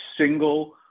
single